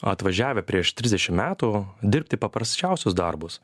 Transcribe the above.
atvažiavę prieš trisdešimt metų dirbti paprasčiausius darbus